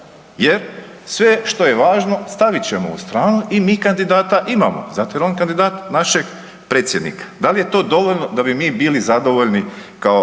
jer sve što je važno stavit ćemo u stranu i mi kandidata imamo zato jer je on kandidat našeg predsjednika. Da li je to dovoljno da bi mi bili zadovoljni kao